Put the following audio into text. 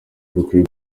dukwiye